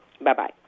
Bye-bye